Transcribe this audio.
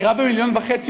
דירה ב-1.5 מיליון,